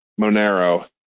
Monero